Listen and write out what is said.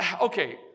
okay